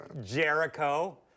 Jericho